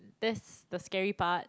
that's the scary part